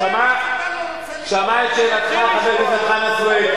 הוא שמע את שאלתך, חבר הכנסת חנא סוייד.